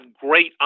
great